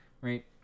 Right